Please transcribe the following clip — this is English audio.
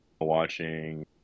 Watching